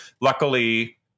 Luckily